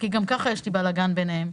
כי גם ככה יש בלגאן ביניהן.